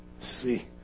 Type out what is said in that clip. See